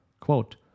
Quote